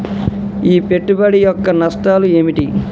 ఈ పెట్టుబడి యొక్క నష్టాలు ఏమిటి?